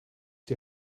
die